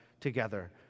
together